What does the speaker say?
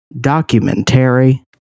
documentary